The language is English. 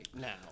now